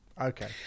Okay